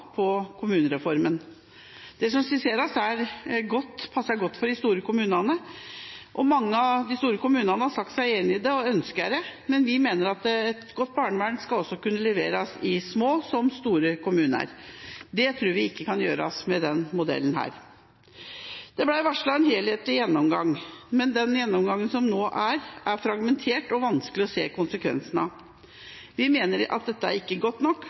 på kommunereformen. Det som skisseres, passer godt for de store kommunene, noe mange av de store kommunene har sagt seg enig i og ønsker, men vi mener at et godt barnevern også skal kunne leveres i små og store kommuner. Det tror vi ikke kan gjøres med denne modellen. Det ble varslet en helhetlig gjennomgang, men den gjennomgangen som nå er gitt, er fragmentert, og det er vanskelig å se konsekvensene av den. Vi mener at dette ikke er godt nok